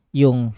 yung